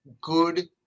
good